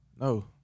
No